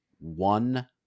one